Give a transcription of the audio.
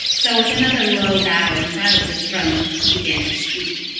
so with another low bow in front of the throne, he began to speak.